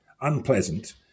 unpleasant